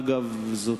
אגב, זאת,